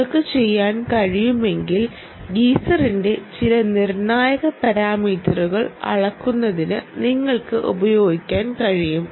നിങ്ങൾക്കത് ചെയ്യാൻ കഴിയുമെങ്കിൽ ഗീസറിന്റെ ചില നിർണ്ണായക പാരാമീറ്ററുകൾ അളക്കുന്നതിന് നിങ്ങൾക്കത് ഉപയോഗിക്കാൻ കഴിയും